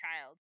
child